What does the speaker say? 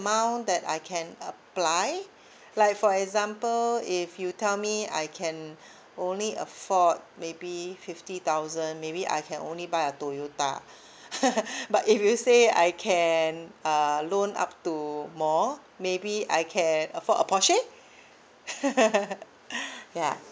amount that I can apply like for example if you tell me I can only afford maybe fifty thousand maybe I can only buy a Toyota but if you say I can uh loan up to more maybe I can afford a Porsche ya